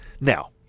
now